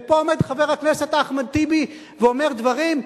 ופה עומד חבר הכנסת אחמד טיבי ואומר דברים,